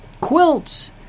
Quilts